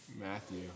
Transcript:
Matthew